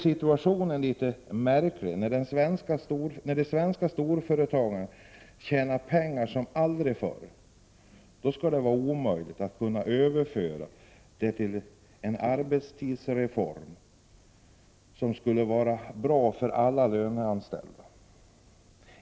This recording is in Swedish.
Situationen är litet märklig, när de svenska storföretagen tjänar pengar som aldrig förr och det ändå är omöjligt att överföra pengarna till en arbetstidsreform, som skulle vara bra för alla löneanställda.